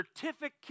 certificate